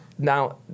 Now